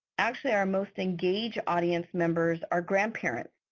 actually our most engaged audience members are grandparents.